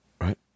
right